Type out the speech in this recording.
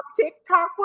TikTok